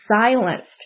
silenced